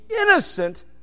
innocent